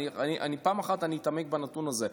אחת ולתמיד בנתון הזה.